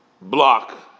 block